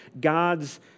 God's